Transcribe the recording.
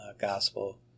gospel